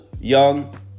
young